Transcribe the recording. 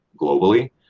globally